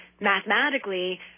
mathematically –